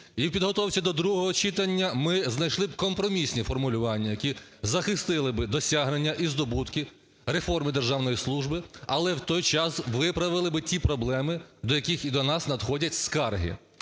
в підготовці до другого читання ми знайшли компромісні формулювання, які б захистили би досягнення і здобутки реформи державної служби, але в той час виправили би ті проблеми, до яких і до нас надходять скарги.